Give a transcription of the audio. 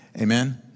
Amen